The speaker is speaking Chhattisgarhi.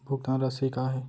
भुगतान राशि का हे?